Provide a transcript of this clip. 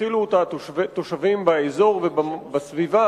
שהתחילו אותה תושבים באזור ובסביבה